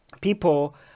people